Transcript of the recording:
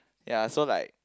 ya so like